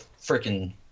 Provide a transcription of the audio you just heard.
freaking